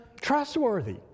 trustworthy